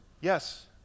yes